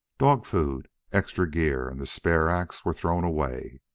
dog-food, extra gear, and the spare ax were thrown away.